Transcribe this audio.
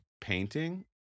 painting